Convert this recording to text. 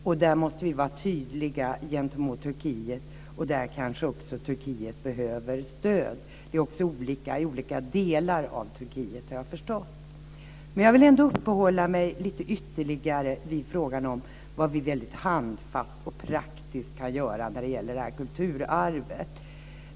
Och där måste vi vara tydliga gentemot Turkiet, och där kanske Turkiet också behöver stöd. Jag har också förstått att det är på olika sätt i olika delar av Turkiet. Jag vill ändå uppehålla mig lite ytterligare vid frågan om vad vi väldigt handfast och praktiskt kan göra när det gäller detta kulturarv.